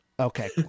Okay